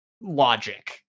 logic